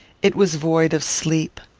it was void of sleep.